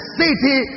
city